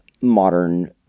modern